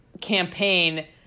campaign